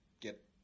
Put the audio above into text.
get